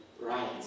right